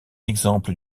exemple